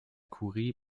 kurie